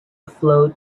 flowed